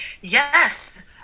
Yes